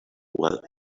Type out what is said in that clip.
while